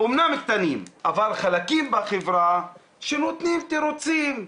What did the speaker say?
אמנם קטנים, אבל חלקים בחברה שנותנים תירוצים,